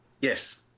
Yes